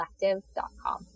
collective.com